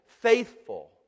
Faithful